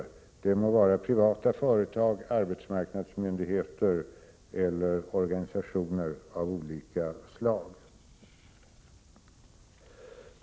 Det må vara privata företag, arbetsmarknadsmyndigheter eller organisationer av olika slag.